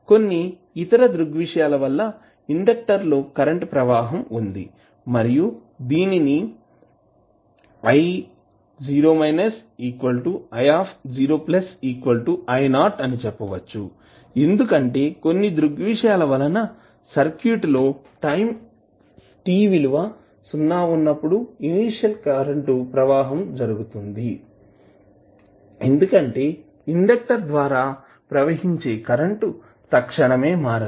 కొన్ని ఇతర దృగ్విషయాల వల్ల ఇండక్టర్లో కరెంటు ప్రవాహం వుంది మరియు దీనిని అని చెప్పవచ్చు ఎందుకంటే కొన్ని దృగ్విషయాల వలన సర్క్యూట్ లో టైం t విలువ సున్నా ఉన్నప్పుడు ఇనీషియల్ కరెంటు ప్రవాహం జరుగుతువుంది ఎందుకంటే ఇండెక్టర్ ద్వారా ప్రవహించే కరెంటు తక్షణమే మారదు